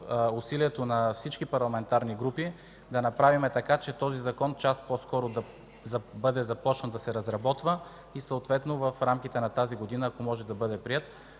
усилието на всички парламентарни групи да направим така, че този закон час по-скоро да бъде започнат да се разработва и съответно в рамките на тази година, ако може, да бъде приет.